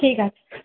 ঠিক আছে